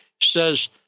says